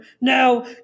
Now